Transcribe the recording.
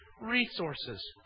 resources